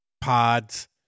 Pods